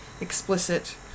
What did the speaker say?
explicit